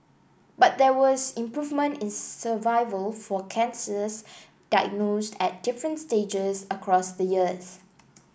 but there was improvement in survival for cancers diagnosed at different stages across the years